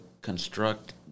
construct